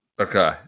Okay